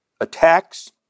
attacks